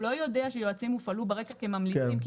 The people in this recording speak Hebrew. הוא לא יודע שיועצים הופעלו ברקע כממליצים,